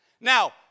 Now